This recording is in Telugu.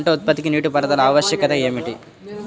పంట ఉత్పత్తికి నీటిపారుదల ఆవశ్యకత ఏమిటీ?